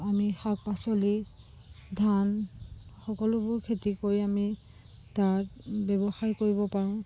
আমি শাক পাচলি ধান সকলোবোৰ খেতি কৰি আমি তাত ব্যৱসায় কৰিব পাৰোঁ